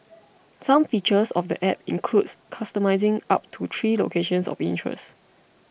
some features of the app includes customising up to three locations of interest